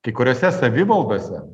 kai kuriose savivaldose